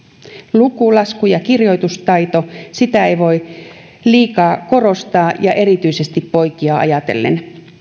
luku lasku ja kirjoitustaito sitä ei voi liikaa korostaa ja erityisesti poikia ajatellen